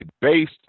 based